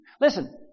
Listen